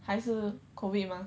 还是 COVID mah